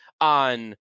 on